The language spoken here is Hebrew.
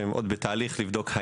שהם עדיין בתהליך בדיקה,